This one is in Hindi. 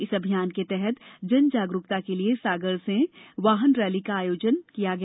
इस अभियान के तहत जन जागरूकता हेत् सागर में वाहन रैली का आयोजन किया गया